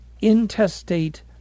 intestate